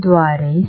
सहजतेने